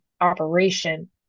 operation